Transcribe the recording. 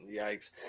Yikes